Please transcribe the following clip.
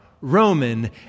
Roman